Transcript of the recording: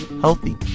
healthy